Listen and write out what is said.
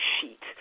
sheet